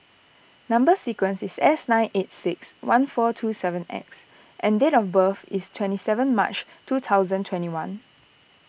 Number Sequence is S nine eight six one four two seven X and date of birth is twenty seven March two thousand and twenty one